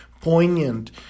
poignant